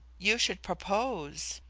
you should propose.